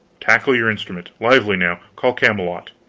tackle your instrument. lively, now! call camelot.